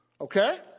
Okay